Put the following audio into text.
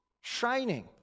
shining